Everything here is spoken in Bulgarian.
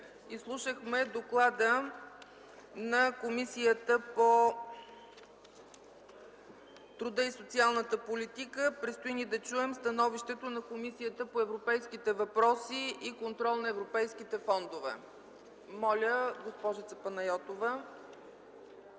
Изслушахме доклада на Комисията по труда и социалната политика. Предстои ни да чуем становището на Комисията по европейските въпроси и контрол на европейските фондове. Моля, госпожица Панайотова